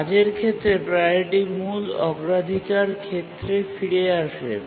কাজের ক্ষেত্রে প্রাওরিটি মূল অগ্রাধিকার ক্ষেত্রে ফিরে আসে